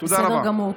תודה רבה.